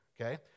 Okay